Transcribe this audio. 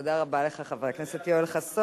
תודה רבה לך, חבר הכנסת יואל חסון.